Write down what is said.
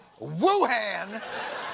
Wuhan